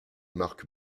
marques